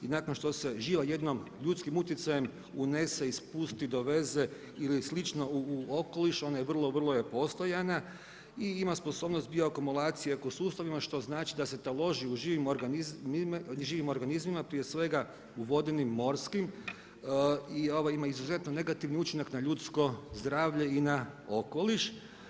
I nakon što se živa jednom ljudskim utjecajem unese, ispusti, doveze ili slično u okoliš, ona je vrlo postojana, i ima sposobnost bioakumulacije u ekosustavima, što znači da se taloži u živim organizmima prije svega u vodenim, morskim, ima izuzetno negativan učinak na ljudsko zdravlje i na okoliš.